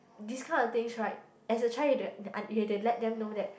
this kind of things right as a child you you have to let them know that